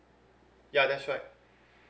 ya that's right